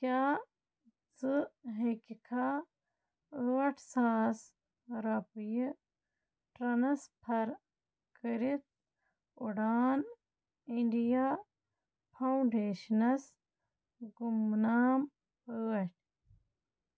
کیٛاہ ژٕ ہٮ۪کہِ کھا ٲٹھ ساس رۄپیہِ ٹرانسفر کٔرِتھ اُڑان اِنٛڈیا فاوُنٛڈیشنَس گمنام پٲٹھۍ؟